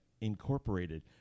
Incorporated